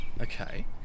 Okay